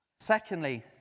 Secondly